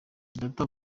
data